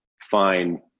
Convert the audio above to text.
fine